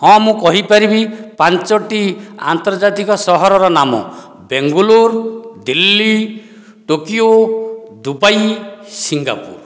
ହଁ ମୁଁ କହିପାରିବି ପାଞ୍ଚଟି ଆନ୍ତର୍ଜାତିକ ସହରର ନାମ Bengaluru Delhi Tokyo Dubai Singapore